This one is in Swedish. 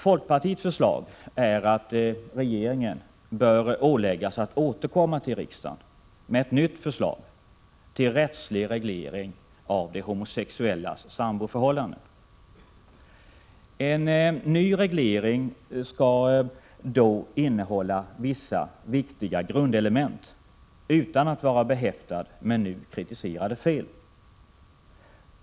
Folkpartiets förslag är att regeringen bör åläggas att återkomma till riksdagen med ett nytt förslag till rättslig reglering av de homosexuellas samboförhållande. En ny reglering skall då innehålla vissa viktiga grundelement, utan att vara behäftad med nu kritiserade fel.